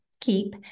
keep